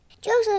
Joseph